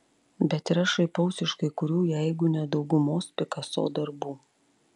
bet ir aš šaipausi iš kai kurių jeigu ne daugumos pikaso darbų